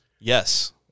Yes